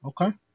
Okay